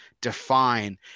define